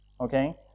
okay